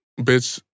Bitch